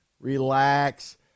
relax